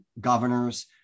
governors